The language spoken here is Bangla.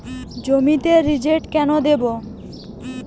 জমিতে রিজেন্ট কেন দেবো?